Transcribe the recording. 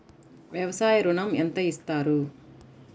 వ్యవసాయ ఋణం ఎంత ఇస్తారు?